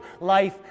life